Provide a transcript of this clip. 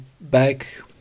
back